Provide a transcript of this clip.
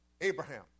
Abraham